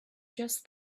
just